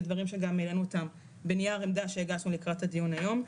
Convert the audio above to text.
ואלה דברים שגם העלינו אותם בנייר עמדה שהגשנו לקראת הדיון היום.